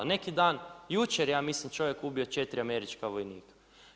Neki dan, jučer, ja mislim, čovjek ubio 4 američka vojnika.